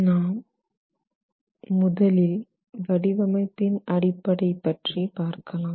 நாம் முதலில் வடிவமைப்பின் அடிப்படை பற்றி பார்க்கலாம்